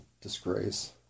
disgrace